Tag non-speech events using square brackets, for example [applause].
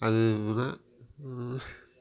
அது [unintelligible]